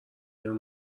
نمی